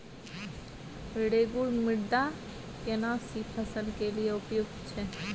रेगुर मृदा केना सी फसल के लिये उपयुक्त छै?